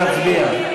נא להצביע.